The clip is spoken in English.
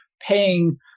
paying